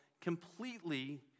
completely